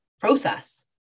process